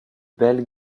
belle